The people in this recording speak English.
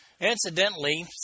Incidentally